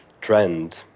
trend